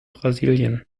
brasilien